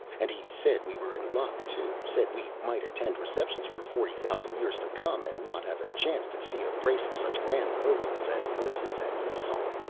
and he said we were in luck, too said we might attend receptions for forty thousand years to come, and not have a chance to see a brace of such grand moguls as moses and esau.